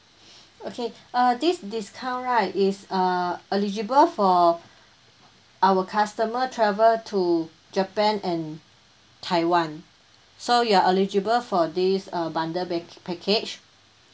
okay uh this discount right is uh eligible for our customer travel to japan and taiwan so you are eligible for this uh bundle pack~ package